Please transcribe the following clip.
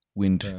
wind